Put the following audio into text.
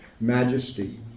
majesty